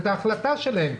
את ההחלטה שלהם.